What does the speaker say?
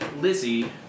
Lizzie